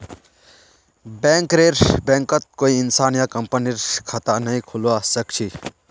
बैंकरेर बैंकत कोई इंसान या कंपनीर खता नइ खुलवा स ख छ